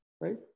right